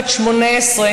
בת 18,